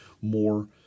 more